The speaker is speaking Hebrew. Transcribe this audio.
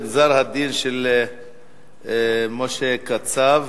לסדר-היום בנושא: גזר-הדין של משה קצב,